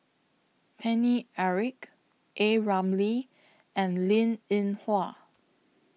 Paine Eric A Ramli and Linn in Hua